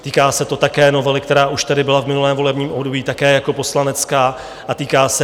Týká se to také novely, která už tady byla v minulém volebním období také jako poslanecká a týká se home office.